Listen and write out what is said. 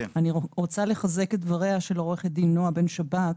אני רוצה לחזק את דבריה של עורכת דין נועה בן שבת.